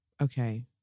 Okay